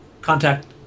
Contact